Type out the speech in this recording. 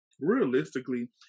realistically